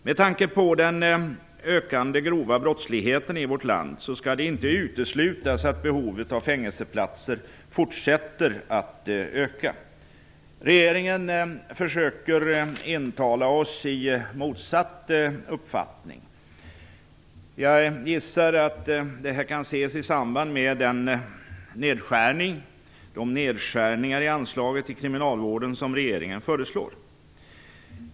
Med tanke på den ökande grova brottsligheten i vårt land skall det inte uteslutas att behovet av fängelseplatser fortsätter att öka. Regeringen försöker intala oss att vi skall ha en motsatt uppfattning. Jag gissar att detta kan ha ett samband med de nedskärningar i anslagen till kriminalvården som regeringen föreslår.